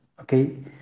okay